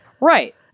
right